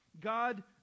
God